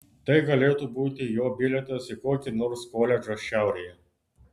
tai galėtų būti jo bilietas į kokį nors koledžą šiaurėje